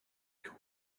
got